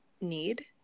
need